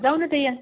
जाऊ नं ताई या